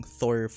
Thor